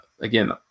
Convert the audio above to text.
again